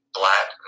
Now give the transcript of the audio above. black